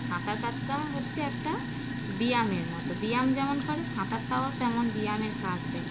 সাঁতার কাটা হচ্ছে একটা ব্যায়ামের মতো ব্যায়াম যেমন করে সাঁতারটাও তেমন ব্যায়ামের কাজ দেয়